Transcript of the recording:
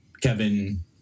Kevin